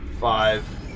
five